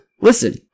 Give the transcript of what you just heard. Listen